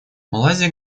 малайзия